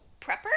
prepper